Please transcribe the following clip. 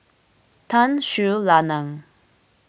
Tun Sri Lanang